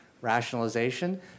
rationalization